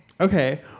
Okay